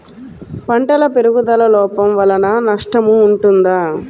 పంటల పెరుగుదల లోపం వలన నష్టము ఉంటుందా?